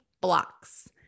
blocks